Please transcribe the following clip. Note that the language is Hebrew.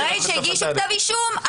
אחרי שהגישו כתב אישום,